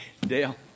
Dale